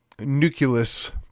nucleus